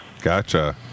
Gotcha